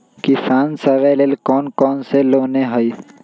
किसान सवे लेल कौन कौन से लोने हई?